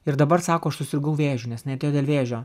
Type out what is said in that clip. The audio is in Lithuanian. ir dabar sako aš susirgau vėžiu nes jinai atėjo dėl vėžio